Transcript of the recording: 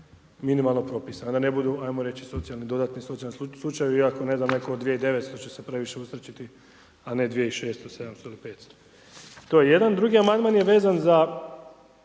minimalna propisana a da ne budu ajmo reći dodatni socijalni slučajevi iako ne znam netko od 2900 da će se previše usrećiti a ne 2600, 700 ili 500, to je jedan. Drugi amandman je vezan za